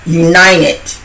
united